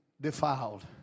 defiled